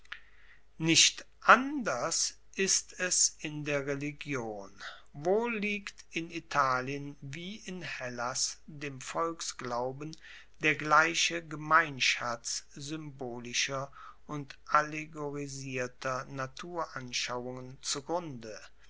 nicht anders ist es in der religion wohl liegt in italien wie in hellas dem volksglauben der gleiche gemeinschatz symbolischer und allegorisierter naturanschauungen zugrunde